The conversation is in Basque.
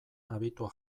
abitua